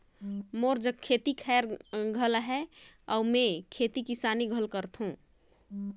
मोर जघा खेत खायर घलो हे अउ मेंहर खेती किसानी घलो करथों